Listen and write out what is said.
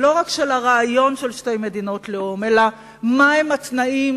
לא רק של הרעיון של שתי מדינות לאום אלא מה הם התנאים